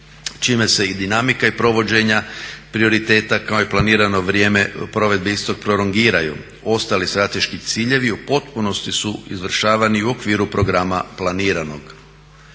čime se i dinamika provođenja prioriteta kao i planirano vrijeme provedbe istog prolongiraju. Ostali strateški ciljevi u potpunosti su izvršavani u okviru programa planiranog.